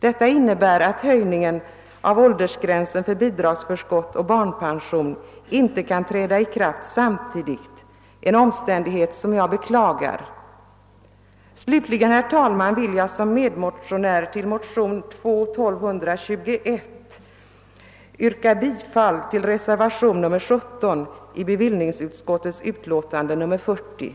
Detta innebär att höjningen av åldersgränsen för bidragsförskott och barnpension inte kan träda i kraft samtidigt, en omständighet som jag bekla gar. Herr talman! Till sist vill jag som medmotionär beträffande motion